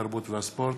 התרבות והספורט.